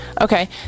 Okay